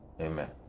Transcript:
Amen